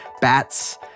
bats